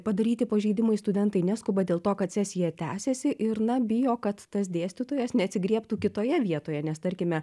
padaryti pažeidimai studentai neskuba dėl to kad sesija tęsiasi ir na bijo kad tas dėstytojas neatsigriebtų kitoje vietoje nes tarkime